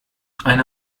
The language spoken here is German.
eine